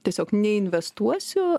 tiesiog neinvestuosiu